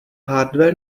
hardware